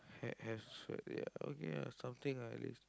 okay ya something ah at least